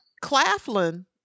Claflin